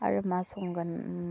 आरो मा संगोन